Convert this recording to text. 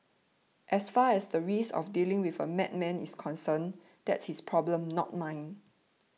as far as the risk of dealing with a madman is concerned that's his problem not mine